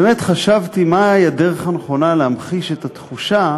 באמת חשבתי מהי הדרך הנכונה להמחיש את התחושה